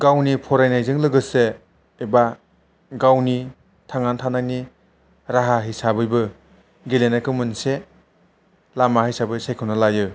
गावनि फरायनायजों लोगोसे एबा गावनि थांनानै थानायनि राहा हिसाबैबो गेलेनायखौ मोनसे लामा हिसाबै सायख'ना लायो